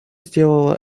сделало